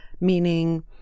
meaning